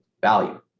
value